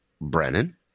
Brennan